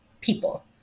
people